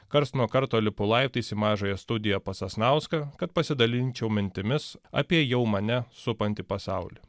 karts nuo karto lipu laiptais į mažąją studiją pas sasnauską kad pasidalinčiau mintimis apie jau mane supantį pasaulį